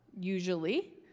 usually